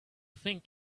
thing